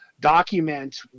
document